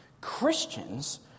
Christians